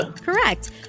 Correct